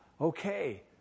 okay